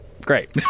Great